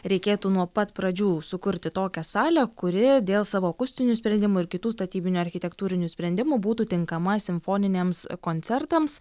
reikėtų nuo pat pradžių sukurti tokią salę kuri dėl savo akustinių sprendimų ir kitų statybinių architektūrinių sprendimų būtų tinkama simfoniniams koncertams